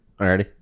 Already